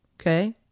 Okay